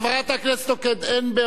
חברת הכנסת נוקד, אין,